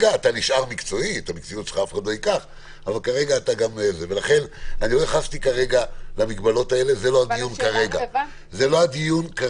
אני לא מתייחס כרגע למגבלות, זה לא נושא הדיון.